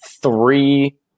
three